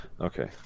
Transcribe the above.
Okay